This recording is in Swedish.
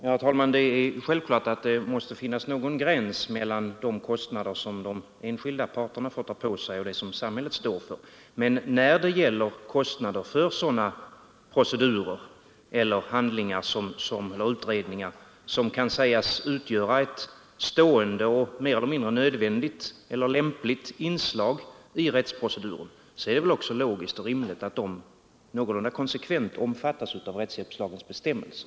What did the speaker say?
Herr talman! Det är självklart att någon gräns måste finnas mellan de kostnader som de enskilda parterna får ta på sig och det som samhället står för. Men när det gäller kostnader för sådana procedurer, handlingar eller utredningar som kan sägas utgöra ett stående och mer eller mindre nödvändigt eller lämpligt inslag i rättsproceduren är det väl också logiskt och rimligt att de någorlunda konsekvent omfattas av rättshjälpslagens bestämmelser.